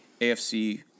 AFC